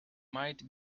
might